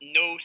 no